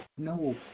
No